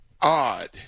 Odd